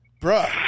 Bruh